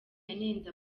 yanenze